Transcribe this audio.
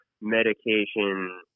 medication